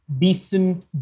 decent